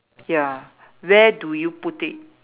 ya where do you put it